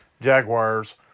Jaguars